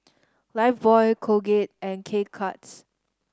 Lifebuoy Colgate and K Cuts